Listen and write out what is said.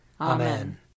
Amen